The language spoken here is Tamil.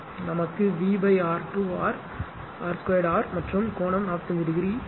நமக்கு வி R 2 ஆர் மற்றும் கோணம் 45 டிகிரி கிடைக்கும்